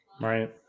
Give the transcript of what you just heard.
Right